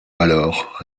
alors